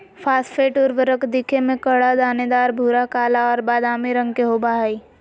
phosphate उर्वरक दिखे में कड़ा, दानेदार, भूरा, काला और बादामी रंग के होबा हइ